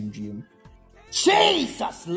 Jesus